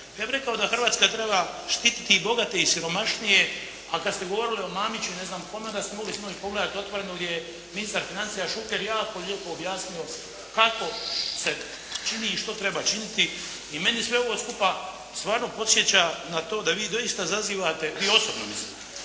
Ja bih rekao da Hrvatska treba štititi i bogate i siromašnije, a kada ste govorili o Mamiću i ne znam kome, onda ste sinoć mogli pogledati “Otvoreno“ gdje je ministar financija Šuker jako lijepo objasnio kako se čini i što treba činiti i meni sve ovo skupa stvarno podsjeća na to da vi doista zazivate, i osobno mislim,